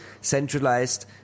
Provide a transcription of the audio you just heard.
centralized